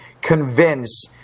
convince